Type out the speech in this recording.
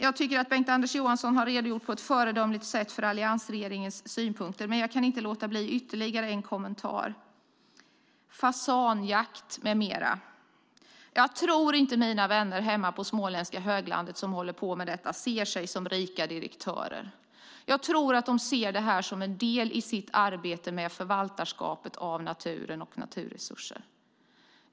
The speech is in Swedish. Jag tycker att Bengt-Anders Johansson på ett föredömligt sätt har redogjort för alliansregeringens synpunkter, men jag vill göra ytterligare en kommentar. Det gäller fasanjakt med mera. Jag tror inte att mina vänner hemma på småländska höglandet som håller på med detta ser sig som rika direktörer. Jag tror att de ser detta som en del i sitt arbete med förvaltarskapet av naturen och naturresurserna.